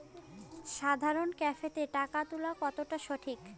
সাধারণ ক্যাফেতে টাকা তুলা কতটা সঠিক?